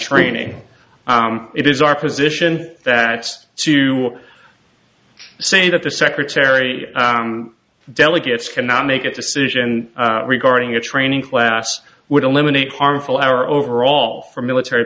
training it is our position that to say that the secretary delegates cannot make a decision regarding a training class would eliminate harmful our overall for military